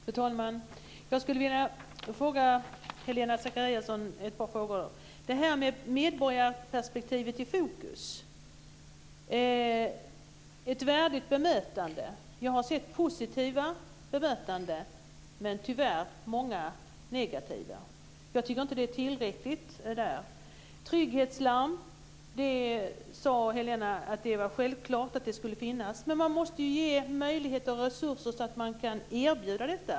Fru talman! Jag skulle vilja ställa Helena Zakariasén ett par frågor angående medborgarperspektiv i fokus och ett värdigt bemötande. Vi har sett positiva bemötanden men tyvärr många negativa. Jag tycker inte att det är tillräckligt. Trygghetslarm skulle självklart finnas, sade Helena. Men man måste få möjligheter och resurser så att man kan erbjuda detta.